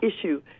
issue